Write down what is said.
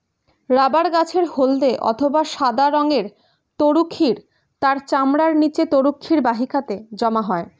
rubber গাছের হল্দে অথবা সাদা রঙের তরুক্ষীর তার চামড়ার নিচে তরুক্ষীর বাহিকাতে জমা হয়